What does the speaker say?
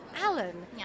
Alan